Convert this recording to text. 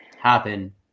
happen